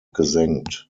gesenkt